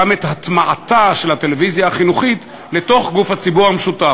גם את הטמעתה של הטלוויזיה החינוכית לתוך גוף הציבור המשותף.